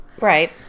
right